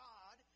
God